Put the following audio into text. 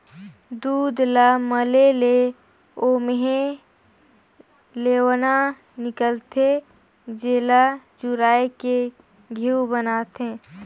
दूद ल मले ले ओम्हे लेवना हिकलथे, जेला चुरायके घींव बनाथे